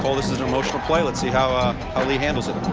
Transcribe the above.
play. this is an emotional play. let's see how um um he handles it.